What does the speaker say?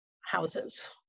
houses